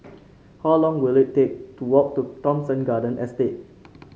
how long will it take to walk to Thomson Garden Estate